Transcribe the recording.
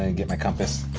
and get my compass.